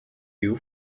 you